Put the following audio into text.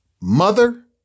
Mother